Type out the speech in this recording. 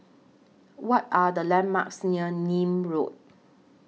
What Are The landmarks near Nim Road